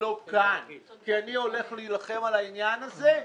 לא כאן כי אני הולך להילחם על העניין הזה.